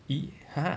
he !huh!